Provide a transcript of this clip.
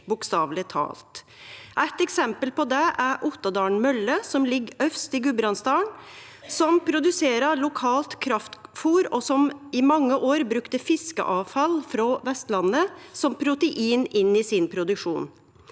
som har fungert. Eit eksempel på det er Ottadalen Mølle, som ligg øvst i Gudbrandsdalen, som produserer lokalt kraftfôr, og som i mange år brukte fiskeavfall frå Vestlandet som protein i sin produksjon.